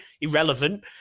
Irrelevant